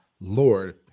Lord